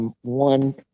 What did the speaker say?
One